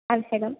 आवश्यकम्